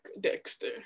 Dexter